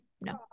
no